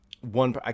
one